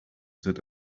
that